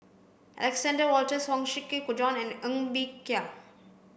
Alexander Wolters Huang Shiqi Joan and Ng Bee Kia